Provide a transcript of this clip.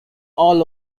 all